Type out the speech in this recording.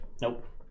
Nope